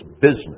business